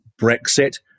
Brexit